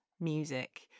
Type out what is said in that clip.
music